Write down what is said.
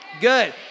Good